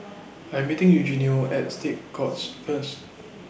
I Am meeting Eugenio At State Courts First